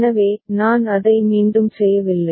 எனவே நான் அதை மீண்டும் செய்யவில்லை